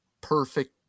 perfect